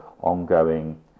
ongoing